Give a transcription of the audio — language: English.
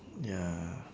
ya